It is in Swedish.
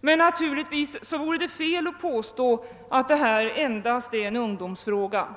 Men naturligtvis vore det fel att påstå att detta endast är en ungdomsfråga.